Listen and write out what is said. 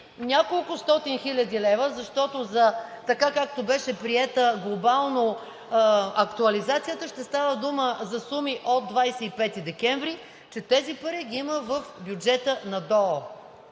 няколкостотин хиляди лева, защото така, както беше приета глобално актуализацията, ще става дума за суми от 25 декември, ги има в бюджета на ДОО.